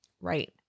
Right